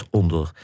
onder